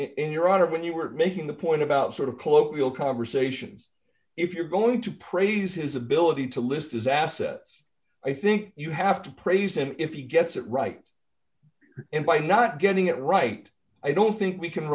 honor when you were making the point about sort of colloquial conversations if you're going to praise his ability to list as assets i think you have to praise him if he gets it right and by not getting it right i don't think we can